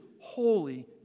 holy